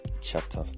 chapter